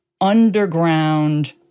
underground